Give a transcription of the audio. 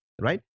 right